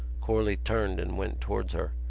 corley turned and went towards her.